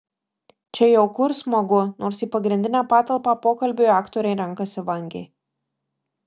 čia jauku ir smagu nors į pagrindinę patalpą pokalbiui aktoriai renkasi vangiai